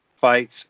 fights